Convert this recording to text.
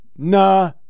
Nah